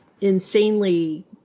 insanely